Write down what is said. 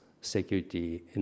security